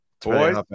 Boys